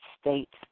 States